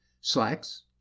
Slacks